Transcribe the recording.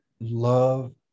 love